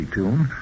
tune